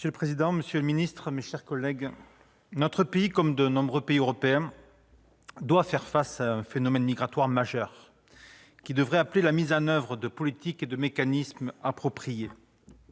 Monsieur le président, monsieur le secrétaire d'État, mes chers collègues, notre pays, comme de nombreux pays européens, doit faire face à un phénomène migratoire majeur, qui devrait conduire à la mise en oeuvre de politiques et de mécanismes appropriés.